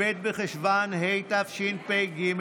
כ"ב בחשוון התשפ"ג,